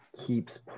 keeps